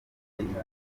ikibuga